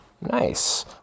nice